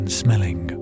smelling